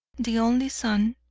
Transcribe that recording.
the only son,